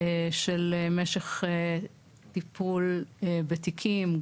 של משך טיפול בתיקים,